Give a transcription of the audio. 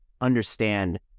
understand